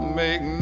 make